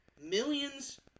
millions